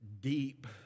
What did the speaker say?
deep